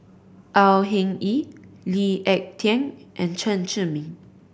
Au Hing Yee Lee Ek Tieng and Chen Zhiming